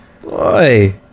boy